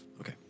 Okay